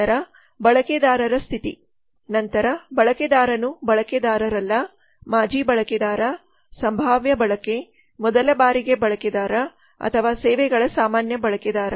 ನಂತರ ಬಳಕೆದಾರರ ಸ್ಥಿತಿ ನಂತರ ಬಳಕೆದಾರನು ಬಳಕೆದಾರರಲ್ಲ ಮಾಜಿ ಬಳಕೆದಾರ ಸಂಭಾವ್ಯ ಬಳಕೆ ಮೊದಲ ಬಾರಿಗೆ ಬಳಕೆದಾರ ಅಥವಾ ಸೇವೆಗಳ ಸಾಮಾನ್ಯ ಬಳಕೆದಾರ